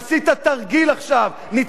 עשית תרגיל עכשיו.